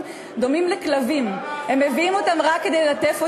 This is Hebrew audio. דומים לכלבים: הם מביאים אותם רק כדי ללטף אותם.